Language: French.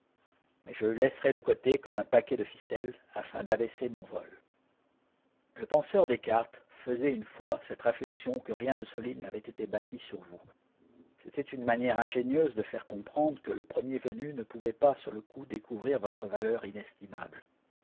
mais je le laisserai de côté comme un paquet de ficelles afin d'abaisser mon vol le penseur descartes faisait une fois cette réflexion que rien de solide n'avait été bâti sur vous c'était une manière ingénieuse de faire comprendre que le premier venu ne pouvait pas sur le coup découvrir votre valeur inestimable